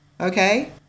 okay